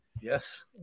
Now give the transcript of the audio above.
Yes